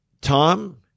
Tom